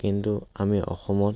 কিন্তু আমি অসমত